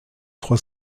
trois